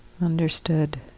understood